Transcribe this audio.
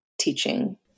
teaching